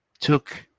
took